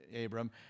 Abram